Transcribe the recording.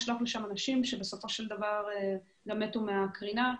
לשלוח משם אנשים שבסופו של דבר מתו מהקרינה,